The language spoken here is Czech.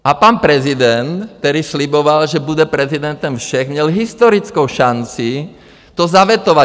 A pan prezident, který sliboval, že bude prezidentem všech, měl historickou šanci to zavetovat.